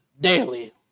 Daily